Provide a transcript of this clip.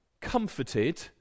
comforted